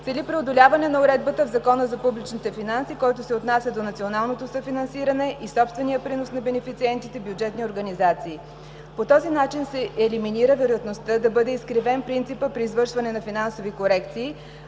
цели преодоляване на уредбата в Закона за публичните финанси, който се отнася до националното съфинансиране и собствения принос на бенефициентите – бюджетни организации. По този начин се елиминира вероятността да бъде изкривен принципа при извършване на финансови корекции,